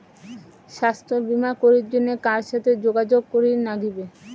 স্বাস্থ্য বিমা করির জন্যে কার সাথে যোগাযোগ করির নাগিবে?